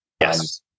Yes